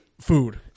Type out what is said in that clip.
food